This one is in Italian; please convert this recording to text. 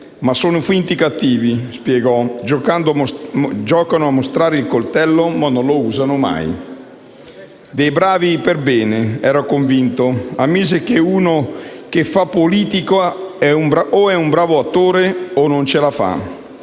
«Ma sono finti cattivi» - spiegò - «giocano a mostrare il coltello, ma non lo usano mai. Dei bravi per bene», era convinto, e ammise che «uno che fa politica o è un bravo attore o non ce la fa».